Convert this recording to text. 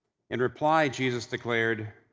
in reply, jesus declared,